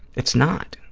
it's not,